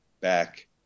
back